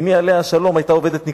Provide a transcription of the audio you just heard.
אמי עליה השלום היתה עובדת ניקיון,